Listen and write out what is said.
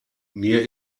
mir